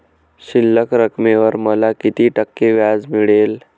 शिल्लक रकमेवर मला किती टक्के व्याज मिळेल?